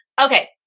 okay